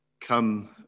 come